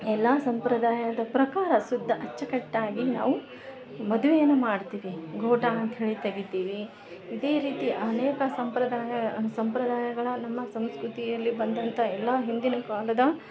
ಎಲ್ಲ ಸಂಪ್ರದಾಯದ ಪ್ರಕಾರ ಸುದ್ದ ಅಚ್ಚುಕಟ್ಟಾಗಿ ನಾವು ಮದುವೆಯನ್ನ ಮಾಡ್ತೀವಿ ಗೂಟ ಅಂತೇಳಿ ತೆಗಿತೀವಿ ಇದೇ ರೀತಿ ಅನೇಕ ಸಂಪ್ರದಾಯ ಸಂಪ್ರದಾಯಗಳ ನಮ್ಮ ಸಂಸ್ಕೃತಿಯಲ್ಲಿ ಬಂದಂಥ ಎಲ್ಲಾ ಹಿಂದಿನ ಕಾಲದ